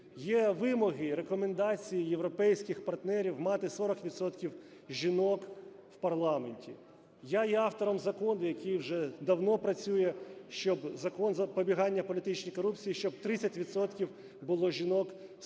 Є вимоги, рекомендації європейських партнерів мати 40 відсотків жінок в парламенті. Я є автором закону, який вже давно працює, щоб… Закон запобігання політичній корупції, щоб 30 відсотків